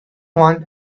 want